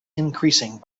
increasing